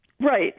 right